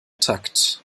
takt